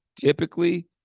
Typically